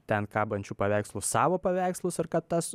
ten kabančių paveikslų savo paveikslus ir kad tas